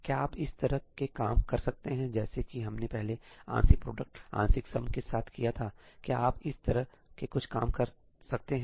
क्या आप इस तरह के काम कर सकते हैं जैसे कि हमने पहले आंशिक प्रोडक्ट आंशिक सम के साथ किया था क्या आप इस तरह के कुछ काम कर सकते हैं